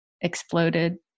exploded